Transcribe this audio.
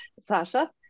Sasha